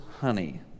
honey